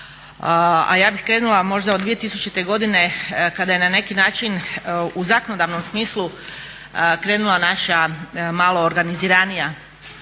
a ja bih krenula možda od 2000. godine kada je na neki način u zakonodavnom smislu krenula naša malo organiziranija